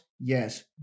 Yes